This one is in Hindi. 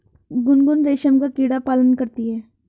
गुनगुन रेशम का कीड़ा का पालन करती है